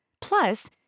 Plus